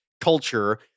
culture